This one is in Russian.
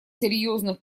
серьезных